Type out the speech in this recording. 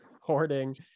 hoarding